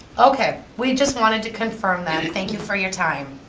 okay, we just wanted to confirm that, thank you for your time.